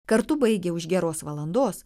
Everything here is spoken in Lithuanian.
kartu baigė už geros valandos